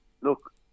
look